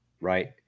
right